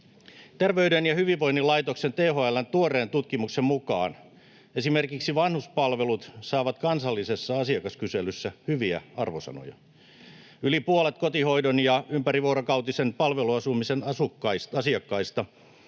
Terveyden- ja hyvinvoinnin laitoksen THL:n tuoreen tutkimuksen mukaan esimerkiksi vanhuspalvelut saavat kansallisessa asiakaskyselyssä hyviä arvosanoja. Yli puolet kotihoidon ja ympärivuorokautisen palveluasumisen asiakkaista